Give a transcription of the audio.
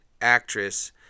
actress